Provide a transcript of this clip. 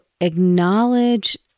acknowledge